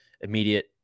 immediate